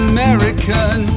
American